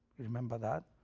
remember that,